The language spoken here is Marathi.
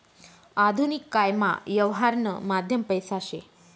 आधुनिक कायमा यवहारनं माध्यम पैसा शे